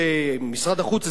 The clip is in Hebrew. משרד החוץ,